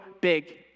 big